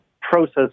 process